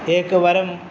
एकवारं